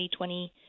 2020